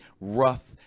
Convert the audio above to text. rough